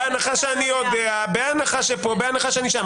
בהנחה שאני יודע, בהנחה שפה, בהנחה ששם.